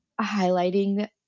highlighting